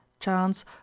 chance